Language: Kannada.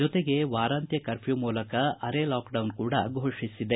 ಜೊತೆಗೆ ವಾರಾಂತ್ಯ ಕರ್ಫ್ಯೂ ಮೂಲಕ ಅರೆ ಲಾಕ್ಡೌನ್ ಕೂಡ ಫೋಷಿಸಿದೆ